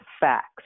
facts